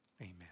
Amen